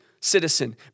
citizen